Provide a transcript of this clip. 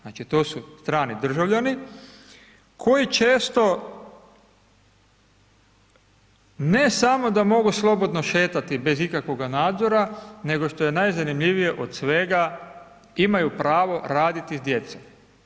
Znači to su strani državljani koji često ne samo da mogu slobodno šetati bez ikakvoga nadzora nego što je najzanimljivije od svega imaju pravo raditi s djecom.